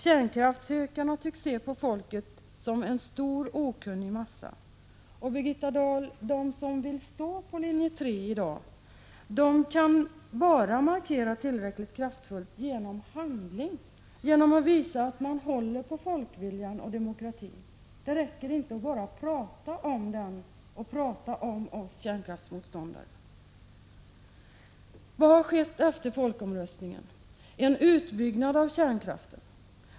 Kärnkraftshökarna tycks se folket som en stor, okunnig massa, och de som i dag vill stå för linje 3, Birgitta Dahl, kan bara markera det tillräckligt kraftfullt genom handling, genom att visa att de håller på folkviljan och demokratin. Det räcker inte att bara prata om den och om oss kärnkraftsmotståndare. Vad har skett efter folkomröstningen? Jo, det har skett en utbyggnad av kärnkraften.